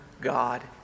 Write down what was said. God